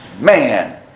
Man